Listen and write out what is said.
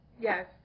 Yes